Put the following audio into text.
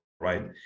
right